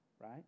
right